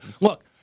Look